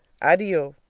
addio!